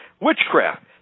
witchcraft